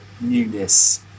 newness